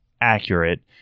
accurate